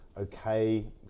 okay